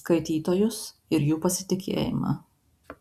skaitytojus ir jų pasitikėjimą